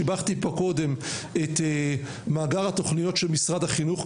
שיבחתי פה קודם את מאגר התוכניות של משרד החינוך,